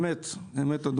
אמת, אמת.